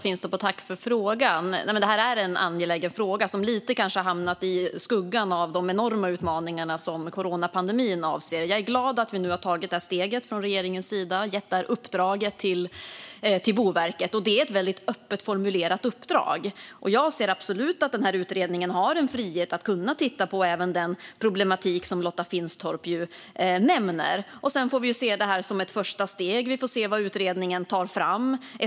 Fru talman! Tack, Lotta Finstorp, för frågan! Det här är en angelägen fråga som kanske har hamnat lite i skuggan av de enorma utmaningar som coronapandemin innebär. Jag är glad att vi nu från regeringens sida har tagit detta steg och gett detta uppdrag till Boverket. Det är ett väldigt öppet formulerat uppdrag. Jag ser absolut att denna utredning har frihet att även kunna titta på den problematik som Lotta Finstorp nämner. Vi får se detta som ett första steg. Vi får se vad utredningen tar fram.